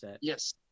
Yes